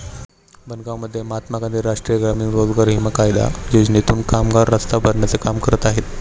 बनगावमध्ये महात्मा गांधी राष्ट्रीय ग्रामीण रोजगार हमी कायदा योजनेतून कामगार रस्ता भरण्याचे काम करत आहेत